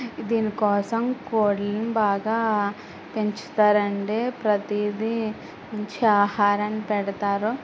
దీని కోసం కోడిల్ని బాగా పెంచుతారండి ప్రతీదీ మంచి ఆహారం పెడతారు